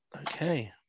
Okay